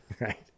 Right